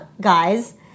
guys